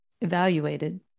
evaluated